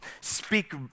speak